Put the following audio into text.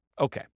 Okay